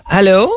Hello